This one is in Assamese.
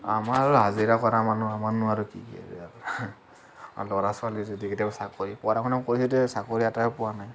আমাৰ আৰু হাজিৰা কৰা মানুহ আমাৰনো আৰু কি আৰু ল'ৰা ছোৱালী যদি কেতিয়াবা চাকৰি পঢ়া শুনা কৰিছে যদিও চাকৰি এটায়ো পোৱা নাই